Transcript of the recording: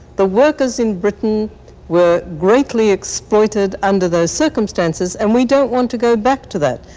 the workers in britain were greatly exploited under those circumstances, and we don't want to go back to that.